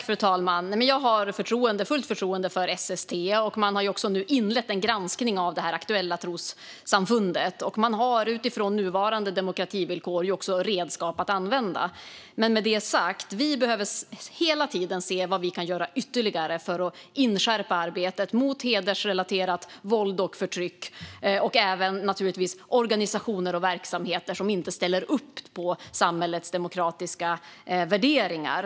Fru talman! Jag har fullt förtroende för SST. Man har nu också inlett en granskning av det aktuella trossamfundet, och man har utifrån nuvarande demokrativillkor redskap att använda. Men med detta sagt behöver vi hela tiden se vad vi kan göra ytterligare för att skärpa arbetet mot hedersrelaterat våld och förtryck och även, naturligtvis, organisationer och verksamheter som inte ställer upp på samhällets demokratiska värderingar.